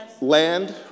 Land